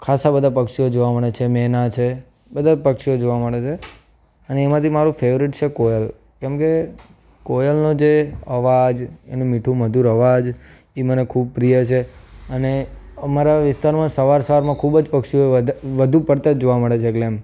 ખાસા બધાં પક્ષીઓ જોવા મળે છે મેના છે બધાં પક્ષીઓ જોવા મળે છે અને એમાંથી મારૂં ફેવરેટ છે કોયલ કેમકે કોયલનો જે અવાજ એનો મીઠું મધુર અવાજ એ મને ખૂબ પ્રિય છે અને અમારા વિસ્તારમાં સવાર સવારમાં ખૂબ જ પક્ષીઓ વધુ પડતાં જોવા મળે છે એટલે એમ